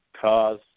cause